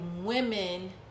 women